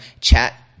chat